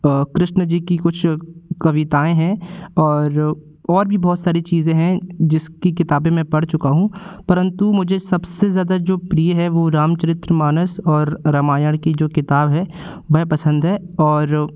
कृष्ण जी की कुछ कविताएँ हैं और और भी बहुत सारी चीज़ें हैं जिसकी किताबें मैं पढ़ चुका हूँ परंतु सबसे ज़्यादा जो मुझे प्रिय है वो राम चरित्र मानस और रामायण की जो किताब है वह पसंद है और